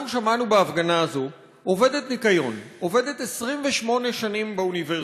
אנחנו שמענו בהפגנה הזאת עובדת ניקיון שעובדת 28 שנים באוניברסיטה,